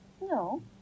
No